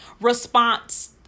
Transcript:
response